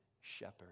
shepherd